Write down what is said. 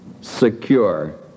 secure